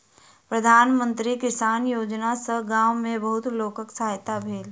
प्रधान मंत्री किसान योजना सॅ गाम में बहुत लोकक सहायता भेल